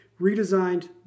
redesigned